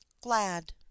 glad